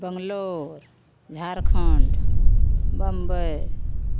Bangalore Jharkhand Bombay